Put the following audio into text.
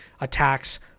attacks